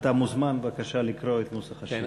אתה מוזמן, בבקשה, לקרוא את נוסח השאילתה.